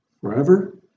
forever